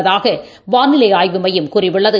உள்ளதாகவானிலைஆய்வு மையம் கூறியுள்ளது